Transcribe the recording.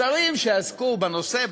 שרים שעסקו בנושא,